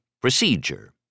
procedure